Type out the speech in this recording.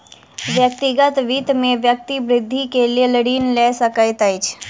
व्यक्तिगत वित्त में व्यक्ति वृद्धि के लेल ऋण लय सकैत अछि